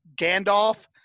Gandalf